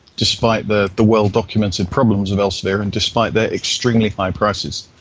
despite the the well documented problems of elsevier, and despite their extremely high prices.